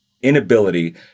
inability